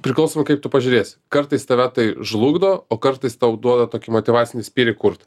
priklausomai kaip tu pažiūrėsi kartais tave tai žlugdo o kartais tau duoda tokį motyvacinį spyrį kurt